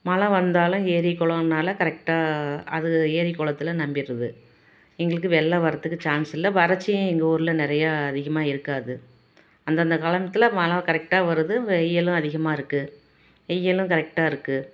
மழை வந்தாலும் ஏரி குளம்னால் கரெக்டாக அது ஏரி குளத்தில் ரொம்பிருது எங்களுக்கு வெள்ளம் வரதுக்கு சான்ஸ் இல்லை வறட்சியும் எங்கள் ஊரில் நிறையா அதிகமாக இருக்காது அந்தந்த காலத்தில் மழை கரெக்டாக வருது வெயிலும் அதிகமாக இருக்குது வெயிலும் கரெக்டாக இருக்குது